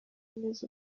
neza